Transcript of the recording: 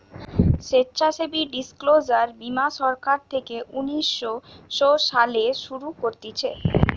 স্বেচ্ছাসেবী ডিসক্লোজার বীমা সরকার থেকে উনিশ শো সালে শুরু করতিছে